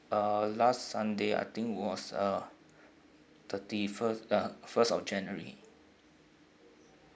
uh last sunday I think was uh thirty first ah first of january